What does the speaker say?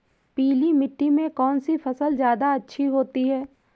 पीली मिट्टी में कौन सी फसल ज्यादा अच्छी होती है?